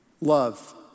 love